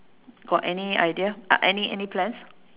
got any idea uh any any plans